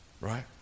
Right